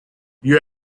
you